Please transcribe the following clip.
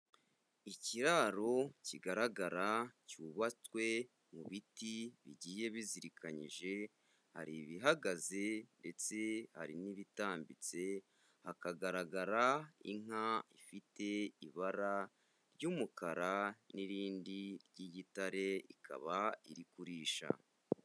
Ikiraro kigaragara cyubatswe mu biti bigiye bizirikanyije, hari ibihagaze ndetse hari n'ibitambitse, hakagaragara inka ifite ibara ry'umukara n'irindi ry'igitare ikaba iri kurisha.